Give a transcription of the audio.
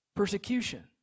persecution